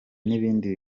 n’ibindi